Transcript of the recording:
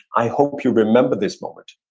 i hope you remember this moment.